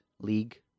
league